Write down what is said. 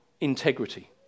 integrity